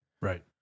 Right